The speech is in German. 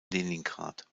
leningrad